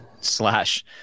slash